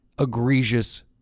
egregious